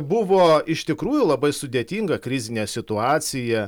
buvo iš tikrųjų labai sudėtinga krizinė situacija